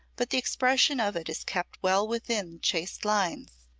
but the expression of it is kept well within chaste lines.